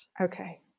Okay